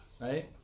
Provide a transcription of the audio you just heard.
Right